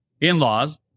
in-laws